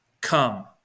come